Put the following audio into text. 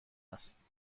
است